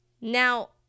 Now